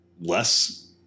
Less